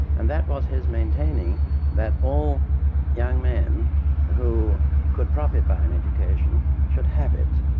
and that was his maintaining that all young men who could profit by an education should have it.